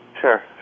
Sure